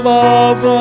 love